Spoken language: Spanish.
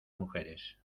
mujeres